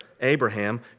Abraham